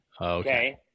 Okay